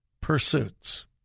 pursuits